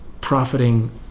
profiting